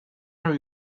are